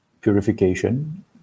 purification